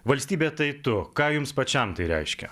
valstybė tai tu ką jums pačiam tai reiškia